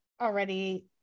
already